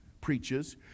preaches